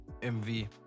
MV